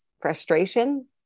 frustration